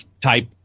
type